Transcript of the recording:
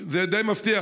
זה די מפתיע.